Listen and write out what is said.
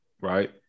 right